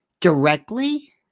Directly